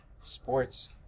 sports